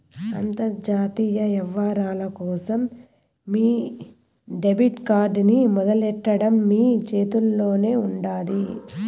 అంతర్జాతీయ యవ్వారాల కోసం మీ డెబిట్ కార్డ్ ని మొదలెట్టడం మీ చేతుల్లోనే ఉండాది